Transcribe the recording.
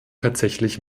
tatsächlich